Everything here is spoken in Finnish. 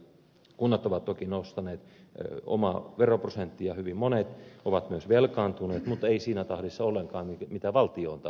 kunnat ovat toki nostaneet omaa veroprosenttiaan hyvin monet ovat myös velkaantuneet mutta ei siinä tahdissa ollenkaan kuin taas vastaavasti valtio